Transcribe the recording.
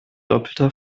doppelter